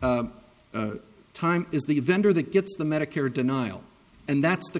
time is the vendor that gets the medicare denial and that's the